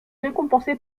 récompensé